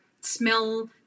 smell